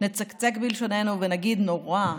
נצקצק בלשוננו ונגיד: נורא,